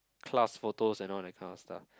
class photo and all that kind of stuff